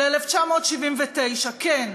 ל-1979 כן,